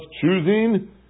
choosing